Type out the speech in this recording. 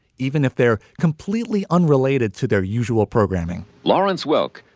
even if they're completely unrelated to their usual programming lawrence welk,